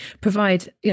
provide